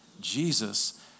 Jesus